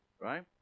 right